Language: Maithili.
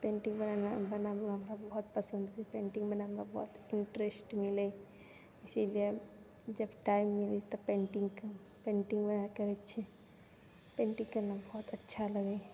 पेन्टिंग बनाना हमरा बहुत पसन्द छैै पेन्टिंग बनाबैमे हमरा बहुत इन्ट्रेस्ट मिलै छै जे छै से जब टाइम मिलैइए तब पेन्टिंग वगैरह करइ छी पेन्टिंग करना बहुत अच्छा लागै हँ